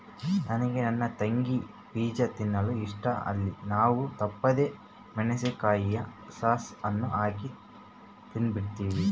ನನಗೆ ನನ್ನ ತಂಗಿಗೆ ಪಿಜ್ಜಾ ತಿನ್ನಲು ಇಷ್ಟ, ಅಲ್ಲಿ ನಾವು ತಪ್ಪದೆ ಮೆಣಿಸಿನಕಾಯಿಯ ಸಾಸ್ ಅನ್ನು ಹಾಕಿ ತಿಂಬ್ತೀವಿ